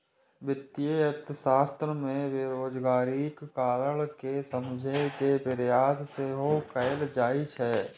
वित्तीय अर्थशास्त्र मे बेरोजगारीक कारण कें समझे के प्रयास सेहो कैल जाइ छै